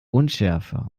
unschärfer